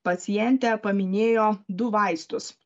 pacientė paminėjo du vaistus